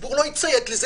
הציבור לא יציית לזה,